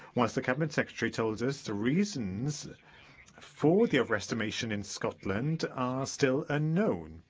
whilst the cabinet secretary told us the reasons for the overestimation in scotland are still unknown.